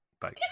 Bye